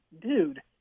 dude